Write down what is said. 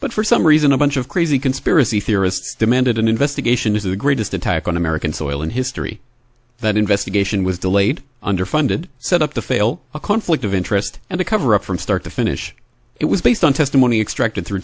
but for some reason a bunch of crazy conspiracy theorists demanded an investigation into the greatest attack on american soil in history that investigation was delayed underfunded set up to fail a conflict of interest and a cover up from start to finish it was based on testimony extracted through